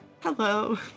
Hello